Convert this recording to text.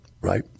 right